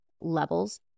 levels